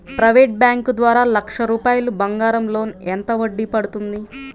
Private bank ద్వారా లక్ష రూపాయలు బంగారం లోన్ ఎంత వడ్డీ పడుతుంది?